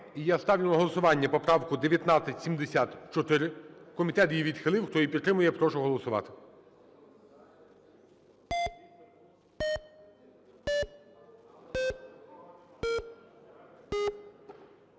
я ставлю на голосування поправку 1974. Комітет її відхилив. Хто її підтримує, прошу голосувати.